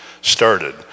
started